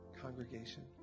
congregation